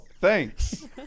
Thanks